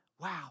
Wow